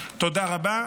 תודה רבה.